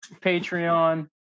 Patreon